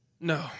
No